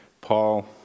Paul